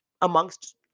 amongst